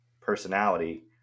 personality